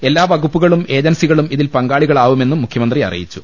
എല്ലാ വകുപ്പുകളും ഏജൻസികളും ഇതിൽ പങ്കാളികളാവുമെന്നും മുഖ്യമന്ത്രി അറി യിച്ചു